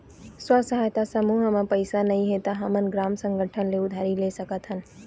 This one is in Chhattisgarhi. स्व सहायता समूह म पइसा नइ हे त हमन ग्राम संगठन ले उधारी ले सकत हन